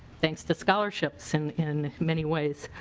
thanks to scholarships and in many ways.